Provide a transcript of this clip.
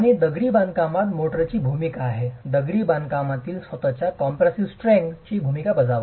आणि दगडी बांधकाम मोर्टारची भूमिका आहे दगडी बांधकामातील स्वतःच्या कॉम्प्रेसीव स्ट्रेंग्थ ची भूमिका बजावा